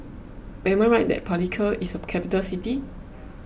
am I right that Palikir is a capital city